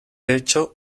hecho